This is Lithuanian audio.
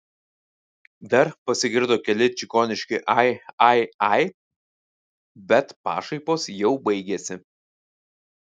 dar pasigirdo keli čigoniški ai ai ai bet pašaipos jau baigėsi